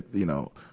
you know,